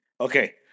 Okay